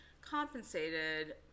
compensated